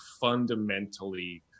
fundamentally